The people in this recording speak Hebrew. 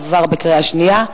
עברה בקריאה שנייה.